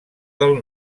del